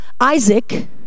Isaac